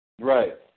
Right